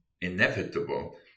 inevitable